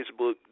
Facebook